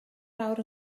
lawr